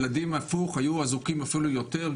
ילדים, הפוך, היו אזוקים אפילו יותר.